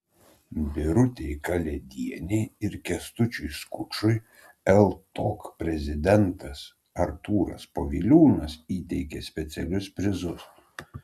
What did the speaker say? birutei kalėdienei ir kęstučiui skučui ltok prezidentas artūras poviliūnas įteikė specialius prizus